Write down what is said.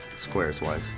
Squares-wise